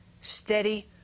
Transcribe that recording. steady